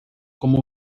como